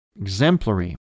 exemplary